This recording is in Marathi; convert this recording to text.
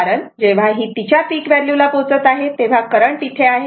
कारण जेव्हा ही तिच्या पिक व्हॅल्यू ला पोहोचत आहे तेव्हा करंट इथे आहे